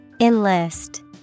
Enlist